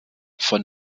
von